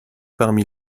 parmi